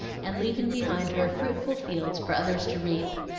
and leaving behind her fruitful fields for others to reap.